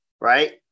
right